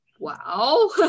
wow